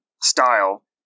style